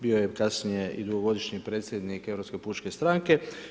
Bio je kasnije i dugogodišnji predsjednik Europske pučke stranke.